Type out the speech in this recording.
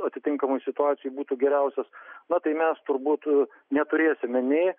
atitinkamoj situacijoj būtų geriausias na tai mes turbūt neturėsime nei